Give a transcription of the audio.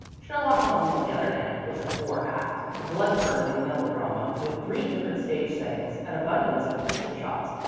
sherlock holmes, on the other hand, was a four act, blood-curdling melodrama, with three different stage settings, an abundance of pistol shots,